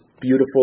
beautiful